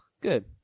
Good